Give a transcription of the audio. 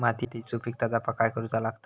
मातीयेची सुपीकता जपाक काय करूचा लागता?